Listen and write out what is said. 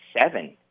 seven